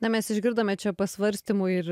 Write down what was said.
na mes išgirdome čia pasvarstymų ir